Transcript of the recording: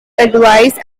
advice